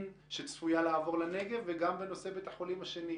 שצפויה לעבור לנגב וגם בנושא בית החולים השני.